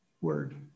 word